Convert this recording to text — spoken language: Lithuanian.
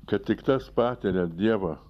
kad tik tas patiria dievo